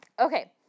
Okay